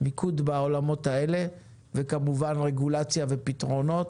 מיקוד בעולמות האלה וכמובן רגולציה ופתרונות.